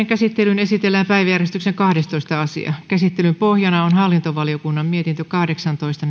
käsittelyyn esitellään päiväjärjestyksen kahdestoista asia käsittelyn pohjana on hallintovaliokunnan mietintö kahdeksantoista